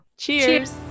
Cheers